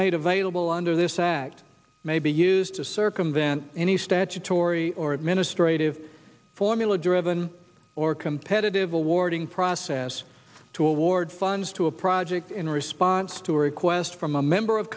made available under this act may be used to circumvent any statutory or administrative formula driven or competitive awarding process to award funds to a project in response to a request from a member of